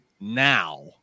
Now